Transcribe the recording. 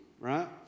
right